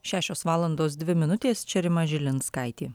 šešios valandos dvi minutės čia rima žilinskaitė